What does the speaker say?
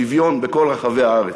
שוויון בכל רחבי הארץ.